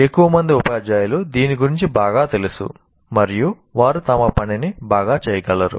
ఎక్కువ మంది ఉపాధ్యాయులు దీని గురించి బాగా తెలుసు మరియు వారు తమ పనిని బాగా చేయగలరు